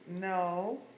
No